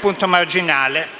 oggi fino a prova contraria.